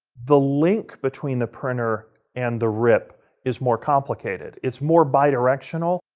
the link between the printer and the rip is more complicated. it's more bi-directional,